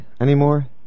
anymore